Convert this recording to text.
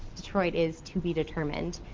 detroit is to be determined.